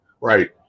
right